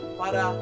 para